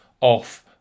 off